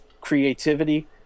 creativity